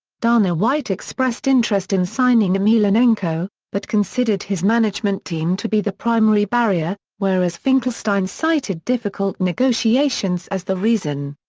dana white expressed interest in signing emelianenko, but considered his management team to be the primary barrier, whereas finkelstein cited difficult negotiations as the reason.